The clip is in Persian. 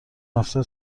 رفته